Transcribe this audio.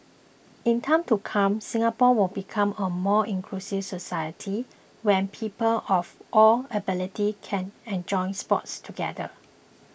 in time to come Singapore will become a more inclusive society where people of all abilities can enjoy sports together